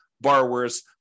borrowers